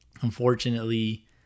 unfortunately